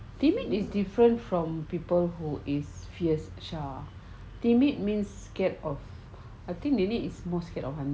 timid is different from people who is fierce shah timid means scared of I think they need is most scared of